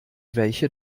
welche